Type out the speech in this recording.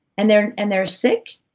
and they're and they're sick,